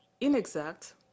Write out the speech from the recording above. inexact